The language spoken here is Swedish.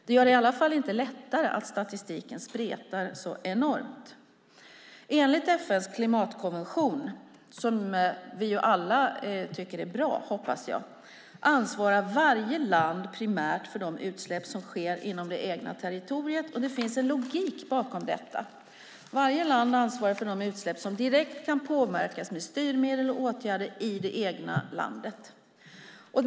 Det gör det i alla fall inte lättare att statistiken spretar så enormt. Enligt FN:s klimatkonvention, som jag hoppas att vi alla tycker är bra, ansvarar varje land primärt för de utsläpp som sker inom det egna territoriet. Det finns en logik bakom detta. Varje land ansvarar för de utsläpp som direkt kan påverkas med styrmedel och åtgärder i det egna landet.